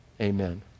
Amen